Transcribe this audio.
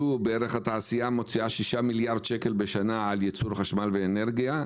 התעשייה מוציאה ששה מיליארד שקל בשנה על ייצור חשמל ואנרגיה,